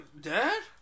Dad